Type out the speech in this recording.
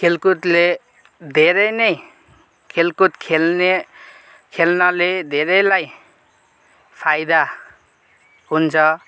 खेलकुदले धेरै नै खेल्कुद खेल्ने खेल्नाले धेरैलाई फाइदा हुन्छ